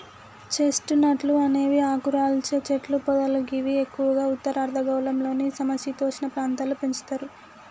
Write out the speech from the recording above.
chest నట్లు అనేవి ఆకురాల్చే చెట్లు పొదలు గివి ఎక్కువగా ఉత్తర అర్ధగోళంలోని సమ శీతోష్ణ ప్రాంతాల్లో పెంచుతరు